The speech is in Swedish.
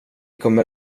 kommer